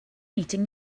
meeting